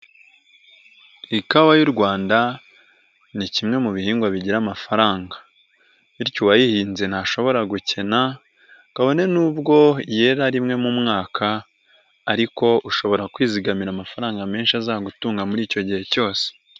Ikawa y'u Rwanda ni kimwe mu bihingwa bigira amafaranga bityo uwayihinze ntashobora gukena kabone n'ubwo yera rimwe mu mwaka ariko ushobora kwizigamira amafaranga menshi azagutunga muri icyo gihe cyose.